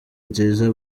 nziza